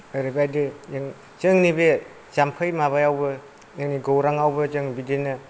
ओरैबायदि जों जोंनि बे जाम्फै माबायावबो जोंनि गौरांआवबो जों बिदिनो